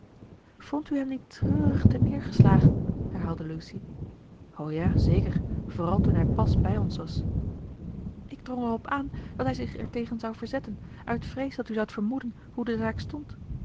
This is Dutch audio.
u hem niet treurig terneergeslagen herhaalde lucy o ja zeker vooral toen hij pas bij ons was ik drong erop aan dat hij zich ertegen zou verzetten uit vrees dat u zoudt vermoeden hoe de zaak stond